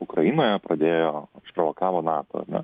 ukrainoje pradėjo išprovokavo nato ar ne